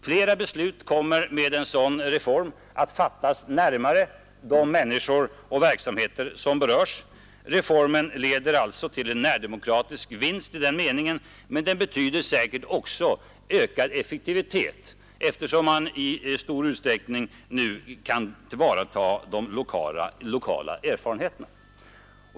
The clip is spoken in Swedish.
Flera beslut kommer att fattas närmare de människor och verksamheter som berörs. Reformen leder alltså till bättre närdemokrati men den betyder också ökad effektivitet bl.a. genom att man i stor utsträckning kan tillvarata de lokala erfarenheterna.